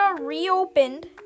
reopened